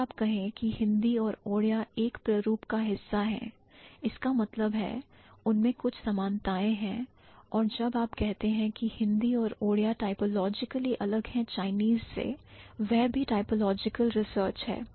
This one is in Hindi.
अगर आप कहें कि हिंदी और ओड़िया एक प्ररूप का हिस्सा हैं इसका मतलब है उनमें कुछ समानताएं हैं और जब आप कहते हैं हिंदी और ओड़िया typologically अलग है चाइनीस से वह भी typological रिसर्च है